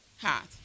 heart